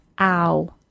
ow